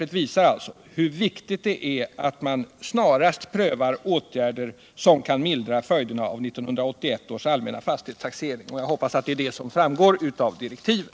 Detta räkneexempel visar hur viktigt det är att man snarast prövar åtgärder som kan mildra följderna av 1981 års allmänna fastighetstaxering, och jag hoppas att det är det som framgår av de aktuella direktiven.